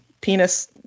penis